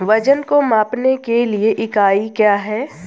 वजन को मापने के लिए इकाई क्या है?